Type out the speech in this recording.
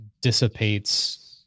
dissipates